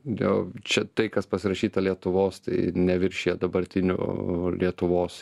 dėl čia tai kas pasirašyta lietuvos tai neviršija dabartinių lietuvos